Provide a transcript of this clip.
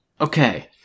Okay